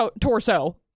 torso